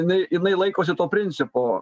jinai jinai laikosi to principo